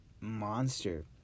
monster